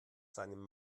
seinem